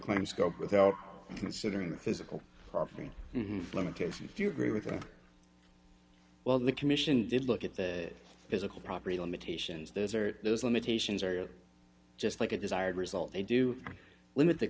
claim scope without considering the physical property limitation a few agree with well the commission did look at the physical property limitations those are those limitations are just like a desired result they do limit